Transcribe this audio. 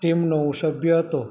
ટીમનો હું સભ્ય હતો